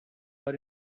are